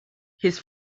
his